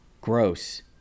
Gross